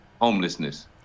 homelessness